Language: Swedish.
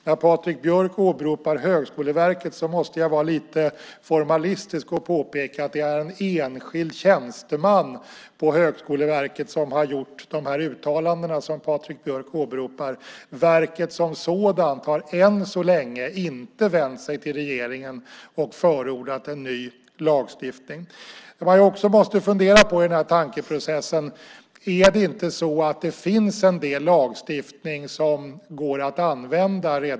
När Patrik Björck åberopar Högskoleverket måste jag vara lite formalistisk och påpeka att det är en enskild tjänsteman på Högskoleverket som har gjort de uttalanden som Patrik Björck åberopar. Verket som sådant har än så länge inte vänt sig till regeringen och förordat en ny lagstiftning. I tankeprocessen måste man också fundera på om det inte redan nu finns en del lagstiftning som går att använda.